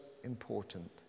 important